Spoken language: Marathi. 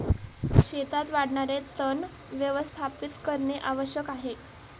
शेतात वाढणारे तण व्यवस्थापित करणे आवश्यक आहे